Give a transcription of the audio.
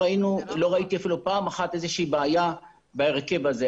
לא ראיתי אפילו פעם אחת איזה שהיא בעיה בהרכב הזה.